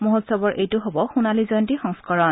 মহোৎসৱৰ এইটো হ'ব সোণালী জয়ন্তী সংস্কৰণ